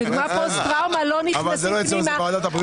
כי פוסט טראומה לא נכנסים פנימה,